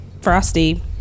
Frosty